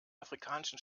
afrikanischen